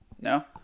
No